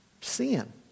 Sin